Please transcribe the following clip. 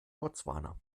botswana